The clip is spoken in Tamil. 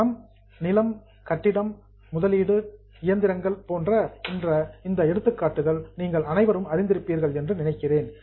கேஷ் பணம் லேண்ட் நிலம் பில்டிங் கட்டிடம் இன்வெஸ்ட்மெண்ட் முதலீடு மிஷனரி இயந்திரங்கள் போன்ற இந்த எடுத்துக்காட்டுகள் நீங்கள் அனைவரும் அறிந்திருப்பீர்கள் என்று நினைக்கிறேன்